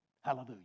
Hallelujah